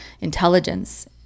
intelligence